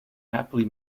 happily